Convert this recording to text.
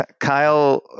Kyle